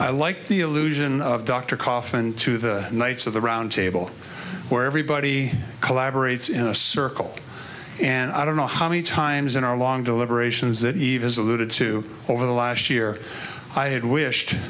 i like the illusion of dr kaufmann to the knights of the round table where everybody collaborates in a circle and i don't know how many times in our long deliberations that eve is alluded to over the last year i had wished